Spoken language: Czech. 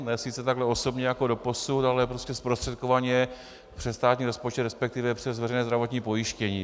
Ne sice takhle osobně jako doposud, ale prostě zprostředkovaně přes státní rozpočet, respektive přes veřejné zdravotní pojištění.